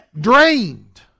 drained